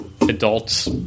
adults